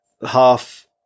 Half